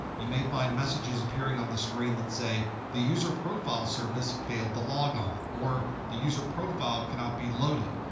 you may find messages appearing on the screen that say the user profile service failed to log on, or the user profile cannot be loaded,